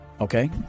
Okay